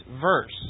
verse